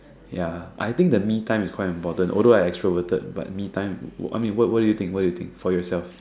ya I think the me time is important although I extroverted but me time I mean what do you what do you think for yourself